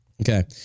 Okay